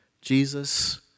Jesus